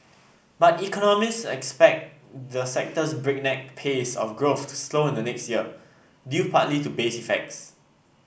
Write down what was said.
but economists expect the sector's breakneck pace of growth to slow in the next year due partly to base effects